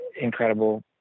incredible